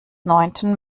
neunten